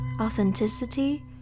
authenticity